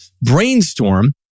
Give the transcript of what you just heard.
brainstorm